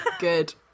good